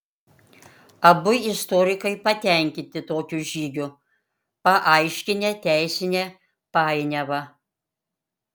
abu istorikai patenkinti tokiu žygiu paaiškinę teisinę painiavą